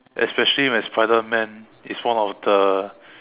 especially when spiderman is one of the